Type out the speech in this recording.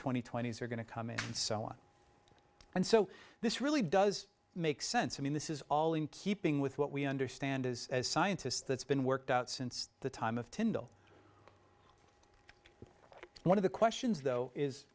twenty twenty's are going to come in and so on and so this really does make sense i mean this is all in keeping with what we understand is as scientists that's been worked out since the time of tyndall one of the questions though is